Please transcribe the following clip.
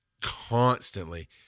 constantly